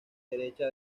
derecha